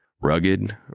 Rugged